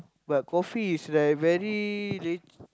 but coffee is like very le~